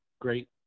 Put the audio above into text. great